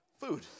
food